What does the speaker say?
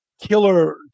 killer